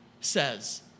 says